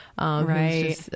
Right